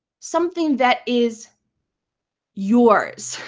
something that is yours.